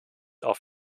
auf